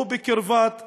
שהוא בקרבת עמונה.